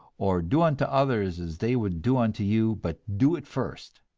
or do unto others as they would do unto you, but do it first.